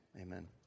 amen